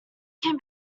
can